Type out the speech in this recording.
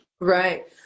right